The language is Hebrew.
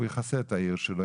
הוא יכסה את העיר שלו,